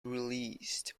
released